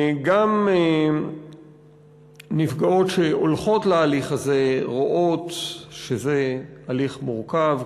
גם נפגעות שהולכות להליך הזה רואות שזה הליך מורכב,